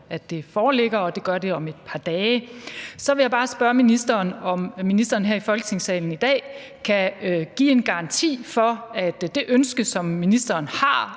at det foreligger, og at det gør det om et par dage. Så vil jeg bare spørge ministeren, om ministeren her i Folketingssalen i dag kan give en garanti for, at det ønske, som ministeren har,